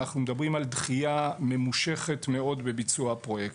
אנחנו מדברים על דחיה ממושכת מאוד בביצוע הפרויקט.